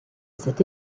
cette